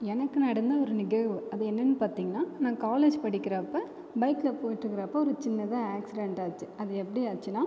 எனக்கு நடந்த ஒரு நிகழ்வு அது என்னெனன்னு பார்த்திங்னா நான் காலேஜ் படிக்கிறப்ப பைக்கில் போயிட்டு இருக்கிறப்ப ஒரு சின்னதான் ஆக்சிடென்ட் ஆச்சு அது எப்படி ஆச்சுன்னா